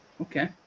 Okay